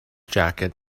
jacket